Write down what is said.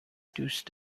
دوست